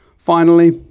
finally,